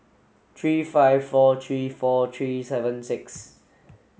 three five four three four three seven six